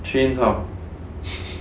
chains how